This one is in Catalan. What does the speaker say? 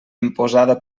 imposada